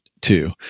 two